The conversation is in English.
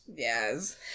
Yes